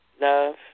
Love